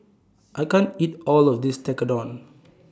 I can't eat All of This Tekkadon